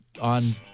on